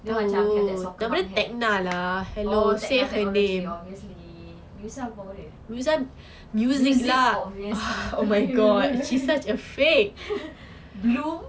you know macam have that soccer mom hair oh tecno~ technology obviously musa power dia music obviously blue